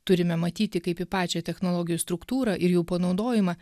turime matyti kaip į pačią technologijų struktūrą ir jų panaudojimą